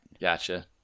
Gotcha